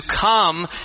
come